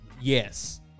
Yes